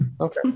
Okay